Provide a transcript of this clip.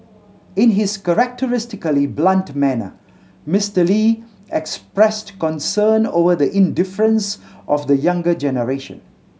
in his characteristically blunt manner Mister Lee expressed concern over the indifference of the younger generation